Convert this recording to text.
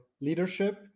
leadership